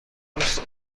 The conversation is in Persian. دوست